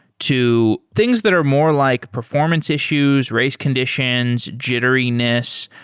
to things that are more like performance issues, race conditions, jitteriness.